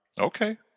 okay